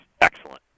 excellent